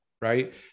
right